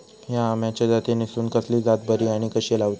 हया आम्याच्या जातीनिसून कसली जात बरी आनी कशी लाऊची?